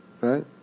right